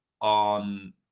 on